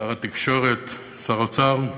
שר האוצר,